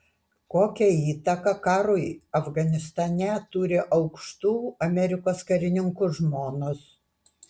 kokią įtaką karui afganistane turi aukštų amerikos karininkų žmonos